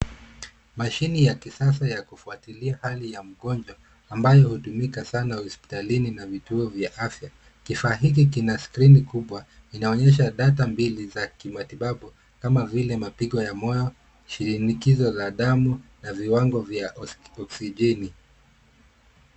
Mashini ya kisasa ya kufuatilia hali ya mgonjwa ambayo hutumika sana hospitalini na vituo vya afya. kifaa hiki kina skrini kubwa inaonyesha data mbili za kimatibabu kama vile mapigo ya moyo, shinikizo ya damu na viwango vya oksijeni.